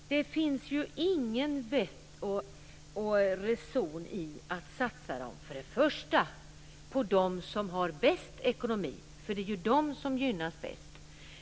Det finns ju inget vett och ingen reson i att satsa dem på de som har bäst ekonomi, för det är ju de som gynnas mest.